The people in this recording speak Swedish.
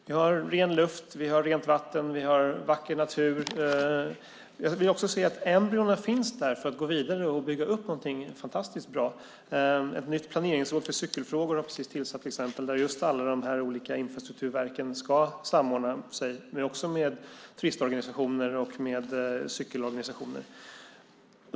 Vi har ren luft, vi har rent vatten, vi har vacker natur. Vi kan se att embryona finns där för att gå vidare och bygga upp någonting fantastiskt bra. Ett nytt planeringsråd för cykelfrågor har precis tillsatts där alla de olika infrastrukturverken ska samordna med turistorganisationer och med cykelorganisationer.